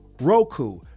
Roku